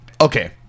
okay